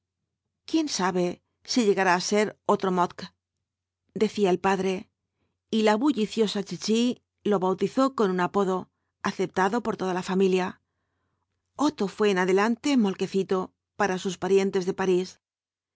quién sabe si llegará á ser otro moltke decía el padre y la bulliciosa chichi lo bautizó con un apodo aceptado por la familia otto fué en adelante moltkecüo para sus parientes de parís